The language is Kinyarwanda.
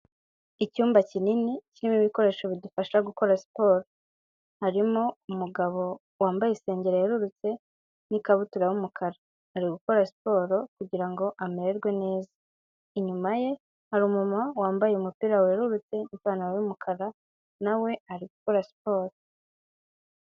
Icyumba kinini kirimo ibikoresho bidufasha gukora siporo. Harimo umugabo wambaye isengeri yererutse n'ikabutura y'umukara, ari gukora siporo kugira ngo amererwe neza. Inyuma ye hari umumama wambaye umupira wererutse n'ipantaro y'umukara, na we ari gukora siporo.